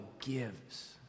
gives